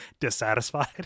dissatisfied